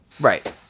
Right